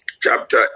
chapter